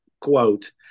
quote